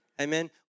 Amen